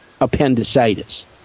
appendicitis